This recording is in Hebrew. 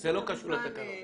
זה לא קשור לתקנות.